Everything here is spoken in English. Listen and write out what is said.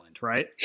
Right